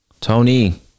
Tony